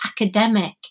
academic